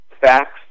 facts